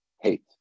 hate